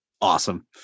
Awesome